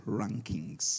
rankings